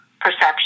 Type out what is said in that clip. perception